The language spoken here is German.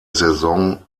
saison